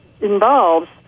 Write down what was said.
involves